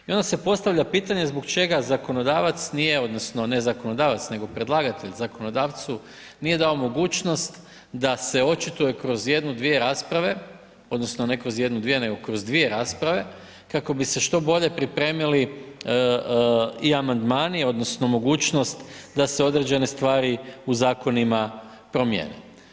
I onda se postavlja pitanja, zbog čega zakonodavac nije, odnosno, ne zakonodavac, nego predlagatelj zakonodavcu, nije dao mogućnost da se očituje kroz jednu, dvije rasprave, odnosno, ne kroz jednu, dvije, nego kroz dvije rasprave kako bi se što bolje pripremili i amandmani odnosno, mogućnost da se određene stvari u zakonima promijene.